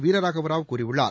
வீரராகவராவ் கூறியுள்ளார்